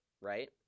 right